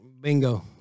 Bingo